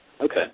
Okay